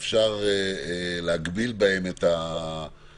שאפשר להגביל בהם את הפעילות,